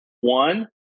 One